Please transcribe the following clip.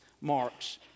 marks